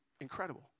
incredible